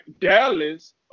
Dallas